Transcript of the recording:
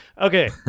Okay